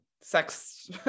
sex